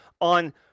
on